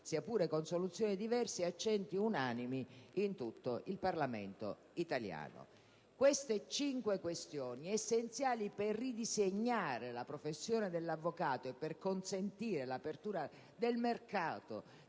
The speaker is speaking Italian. sia pure con soluzioni diverse, accenti unanimi in tutto il Parlamento italiano). Queste cinque questioni, essenziali per ridisegnare la professione dell'avvocato e consentire l'apertura del mercato